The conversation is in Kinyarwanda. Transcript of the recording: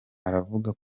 aravuga